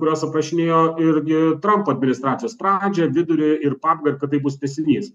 kurios aprašinėjo irgi trampo administracijos pradžią vidurį ir pabaigą ir kad tai bus tęsinys